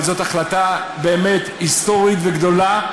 אבל זאת החלטה באמת היסטורית וגדולה,